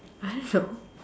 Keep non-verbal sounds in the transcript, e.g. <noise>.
I don't know <laughs>